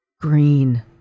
Green